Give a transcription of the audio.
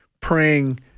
praying